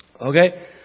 Okay